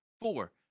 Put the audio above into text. four